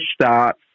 start